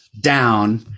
down